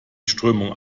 strömung